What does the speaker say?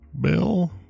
Bill